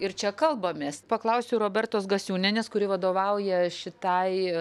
ir čia kalbamės paklausiu robertos gasiūnienės kuri vadovauja šitai